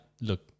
look